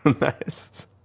Nice